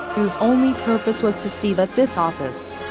whose only purpose was to see that this office,